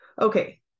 Okay